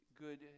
good